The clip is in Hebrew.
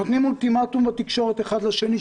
נותנים אולטימטום בתקשורת אחד לשני,